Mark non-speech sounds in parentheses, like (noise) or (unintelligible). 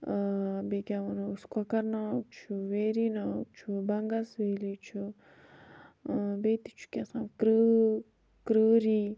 ٲں بیٚیہِ کیٛاہ وَنو أسۍ کۄکَرناگ چھُ ویری ناگ چھُ بَنٛگَس ویلی چھُ ٲں بیٚیہِ تہِ چھُ کیٛتھانۍ (unintelligible) کرٛیری